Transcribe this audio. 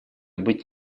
быть